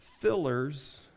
fillers